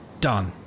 Done